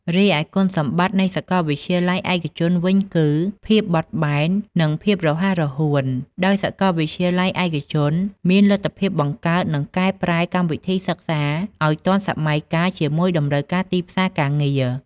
រីឯគុណសម្បត្តិនៃសាកលវិទ្យាល័យឯកជនវិញគឹ ភាពបត់បែននិងភាពរហ័សរហួន ដោយសាកលវិទ្យាល័យឯកជនមានលទ្ធភាពបង្កើតនិងកែប្រែកម្មវិធីសិក្សាឲ្យទាន់សម័យជាមួយតម្រូវការទីផ្សារការងារ។